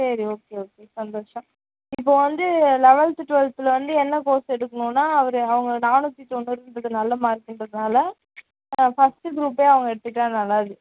சரி okay okay சந்தோஷம் இப்போ வந்து லவல்த்து டுவல்த்தில் வந்து என்ன கோர்ஸ் எடுக்கணும்ன்னா அவர் அவங்க நாணுற்றி தொண்ணூறுங்கிறது நல்ல மார்க்குன்றதுனால் ஆ ஃபர்ஸ்டு குரூப்பே அவங்க எடுத்துக்கிட்டால் நல்லது